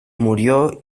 murió